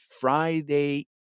Friday